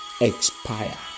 expire